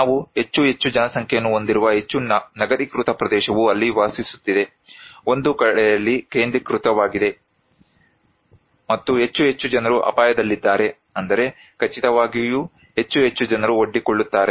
ನಾವು ಹೆಚ್ಚು ಹೆಚ್ಚು ಜನಸಂಖ್ಯೆಯನ್ನು ಹೊಂದಿರುವ ಹೆಚ್ಚು ನಗರೀಕೃತ ಪ್ರದೇಶವು ಅಲ್ಲಿ ವಾಸಿಸುತ್ತಿದೆ ಒಂದು ಕಡೆಯಲ್ಲಿ ಕೇಂದ್ರೀಕೃತವಾಗಿದೆ ಮತ್ತು ಹೆಚ್ಚು ಹೆಚ್ಚು ಜನರು ಅಪಾಯದಲ್ಲಿದ್ದಾರೆ ಅಂದರೆ ಖಚಿತವಾಗಿಯೂ ಹೆಚ್ಚು ಹೆಚ್ಚು ಜನರು ಒಡ್ಡಿಕೊಳ್ಳುತ್ತಾರೆ